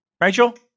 Rachel